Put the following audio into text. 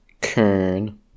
Kern